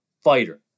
fighter